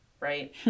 right